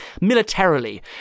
militarily